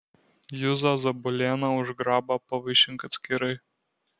juzą zabulėną už grabą pavaišink atskirai